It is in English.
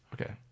Okay